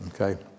okay